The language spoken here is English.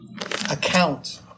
account